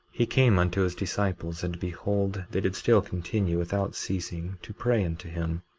he came unto his disciples, and behold, they did still continue, without ceasing, to pray unto him